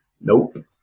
Nope